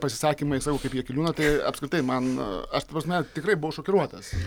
pasisakymai sakau kaip jakeliūno tai apskritai man aš ta prasme tikrai buvau šokiruotas